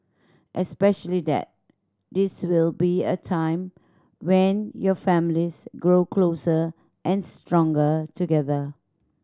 especially that this will be a time when your families grow closer and stronger together